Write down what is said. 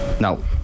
No